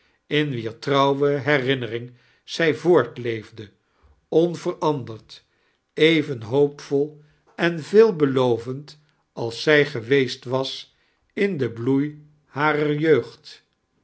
in wier trouwe herinnering zij voortleeffde onveiranderd even hoopvol en veelbelovend als zij geweest was in den bloed harer jeugd